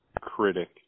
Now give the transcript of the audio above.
critic